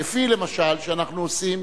כפי שאנחנו עושים